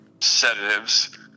sedatives